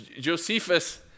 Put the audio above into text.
Josephus